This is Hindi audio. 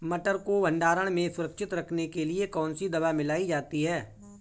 मटर को भंडारण में सुरक्षित रखने के लिए कौन सी दवा मिलाई जाती है?